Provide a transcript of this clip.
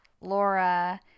Laura